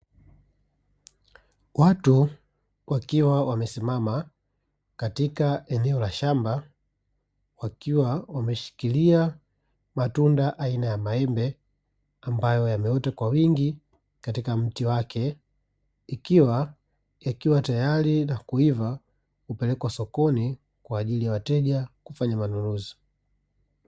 Watu wakiwa wamesimama katika eneo la shamba, wakiwa wameshikilia matunda aina ya maembe ambayo yameota kwa wingi katika mti wake. Ikiwa yakiwa tayari na kuiva kupelekwa sokoni, kwa ajili ya wateja kufanya manunuzi.